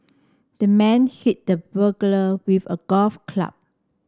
the man hit the burglar with a golf club